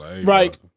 right